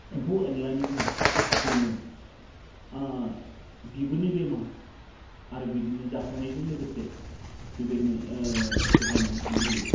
एम्फौ एनलानिफ्राय जोङो बिगुरनि बेमार आरो बिदिनो जाफ्रांनायजों लोगोसे बेबायदिनो गोबां बिबायदि